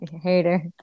Hater